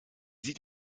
sieht